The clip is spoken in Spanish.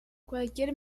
cualquier